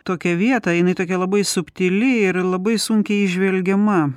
tokią vietą jinai tokia labai subtili ir labai sunkiai įžvelgiama